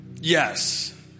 Yes